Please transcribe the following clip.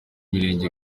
mirenge